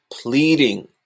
pleading